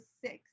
six